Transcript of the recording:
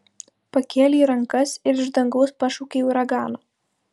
pakėlei rankas ir iš dangaus pašaukei uraganą